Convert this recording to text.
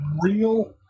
real